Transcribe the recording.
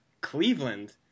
Cleveland